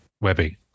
Webby